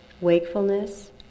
wakefulness